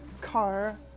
car